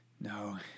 No